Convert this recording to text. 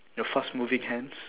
your fast moving hands